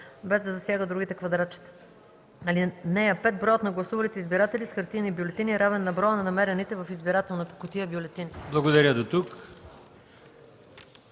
без да засяга другите квадратчета. (5) Броят на гласувалите избиратели с хартиени бюлетини е равен на броя на намерените в избирателните кутии бюлетини.”